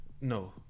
No